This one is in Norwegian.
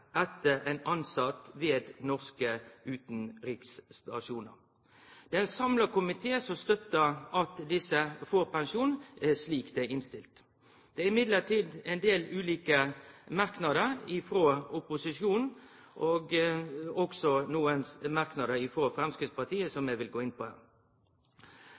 etter ein tilsett ved norske utanriksstasjonar. Det er ein samla komité som støttar at desse får pensjon, slik det er innstilt på. Det er likevel ein del ulike merknader frå opposisjonen, og også nokre merknader frå Framstegspartiet, som eg vil gå inn på